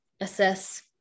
assess